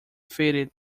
faded